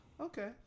Okay